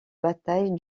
bataille